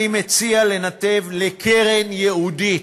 אני מציע לנתב לקרן ייעודית,